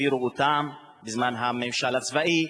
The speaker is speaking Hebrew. והעבירו אותם בזמן הממשל הצבאי,